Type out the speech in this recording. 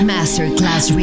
Masterclass